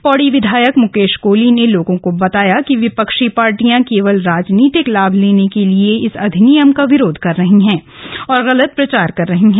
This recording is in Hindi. पौडी विधायक मुकेश कोली ने लोगों को बताया कि विपक्षी पार्टियां केवल राजनीतिक लाभ लेने के लिए इस अधिनियम को विरोध कर रहे हैं और गलत प्रचार कर रहे हैं